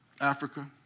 Africa